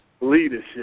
leadership